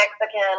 Mexican